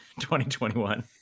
2021